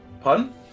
Pun